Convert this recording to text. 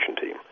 team